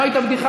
לא הייתה בדיחה.